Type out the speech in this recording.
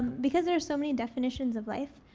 because there are so many definitions of life,